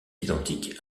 identique